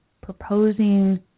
proposing